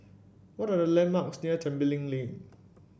what are the landmarks near Tembeling Lane